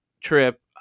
trip